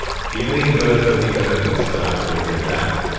feeling good, looking good, and still actively giving back.